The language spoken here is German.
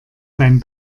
beim